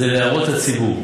זה להערות הציבור.